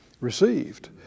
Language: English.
received